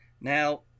Now